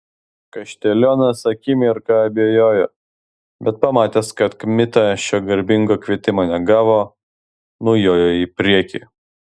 kaštelionas akimirką abejojo bet pamatęs kad kmita šio garbingo kvietimo negavo nujojo į priekį